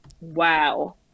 wow